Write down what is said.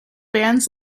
bands